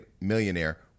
millionaire